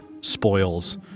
spoils